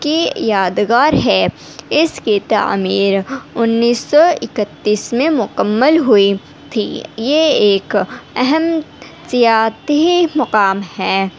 کہ یادگار ہے اس کی تعمیر انیس سو اکتیس میں مقمل ہوئی تھی یہ ایک اہم سیاحتی مقام ہے